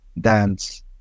Dance